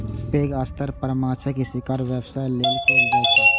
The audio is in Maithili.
पैघ स्तर पर माछक शिकार व्यवसाय लेल कैल जाइ छै